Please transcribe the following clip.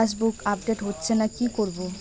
Passbook update হচ্ছেনা কি করবো?